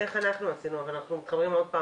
אני אומר מה אנחנו עשינו אבל כאן אנחנו נכנסים לסקירה.